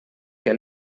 que